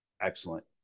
Excellent